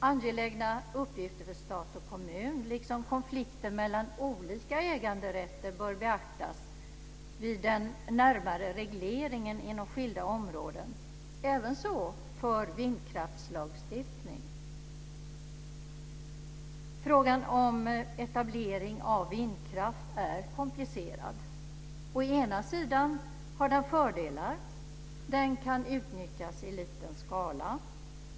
Angelägna uppgifter för stat och kommun liksom konflikter mellan olika äganderätter bör beaktas vid den närmare regleringen inom skilda områden, ävenså vindkraftslagstiftningen. Frågan om etablering av vindkraft är komplicerad. Å ena sidan har den fördelar. Den kan utnyttjas i liten skala.